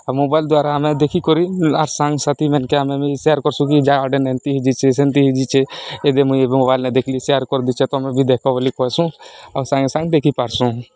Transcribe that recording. ଆଉ ମୋବାଇଲ୍ ଦ୍ଵାରା ଆମେ ଦେଖିିକରି ଆର୍ ସାଙ୍ଗ ସାଥି ମନ୍କେ ଆମେ ବି ସେୟାର୍ କର୍ସୁଁ କି ଯା ଅଡ଼େନ ଏନ୍ତି ହେଇଛେ ସେମନ୍ତି ହେଇଚେ ଏବେ ମୁଇଁ ମୋବାଇଲ୍ରେ ଦେଖ୍ଲି ସେୟାର୍ କରିଦେଇଚେ ତମେ ବି ଦେଖ ବୋଲି କୁହେସୁଁ ଆଉ ସାଙ୍ଗେ ସାଙ୍ଗେ ଦେଖି ପାର୍ସୁଁ